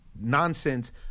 nonsense